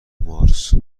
مارس